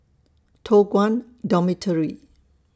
Toh Guan Dormitory